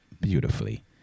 beautifully